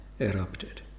erupted